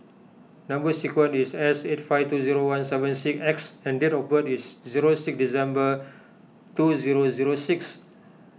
Number Sequence is S eight five two zero one seven six X and date of birth is zero six December two zero zero six